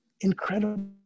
incredible